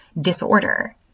disorder